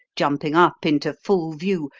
jumping up into full view.